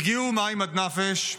הגיעו מים עד נפש.